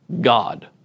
God